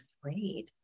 afraid